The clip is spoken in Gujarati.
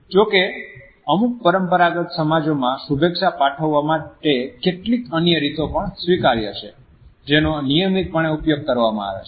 જો કે અમુક પરંપરાગત સમાજોમાં શુભેચ્છા પાઠવવા માટે કેટલીક અન્ય રીતો પણ સ્વીકાર્ય છે જેનો નિયમિતપણે ઉપયોગ કરવામાં આવે છે